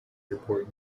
airport